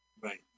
Right